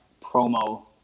promo